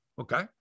okay